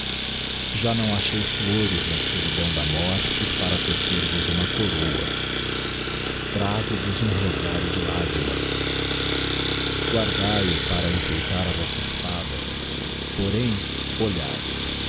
já não achei flores na solidão da morte para tecer vos uma coroa trago vos um rosário de lagrimas guardae o para enfeitara vossa espada porém olhae